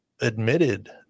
admitted